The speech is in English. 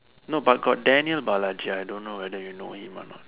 no but got Daniel-Balaji I don't know whether you know him a not